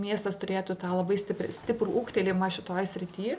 miestas turėtų tą labai stiprią stiprų ūgtelėjimą šitoj srity